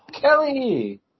Kelly